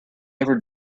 ever